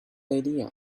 idea